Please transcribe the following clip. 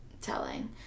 telling